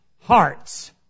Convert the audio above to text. hearts